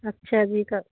ਅੱਛਾ ਜੀ